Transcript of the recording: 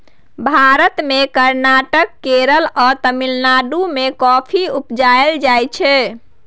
भारत मे कर्नाटक, केरल आ तमिलनाडु मे कॉफी उपजाएल जाइ छै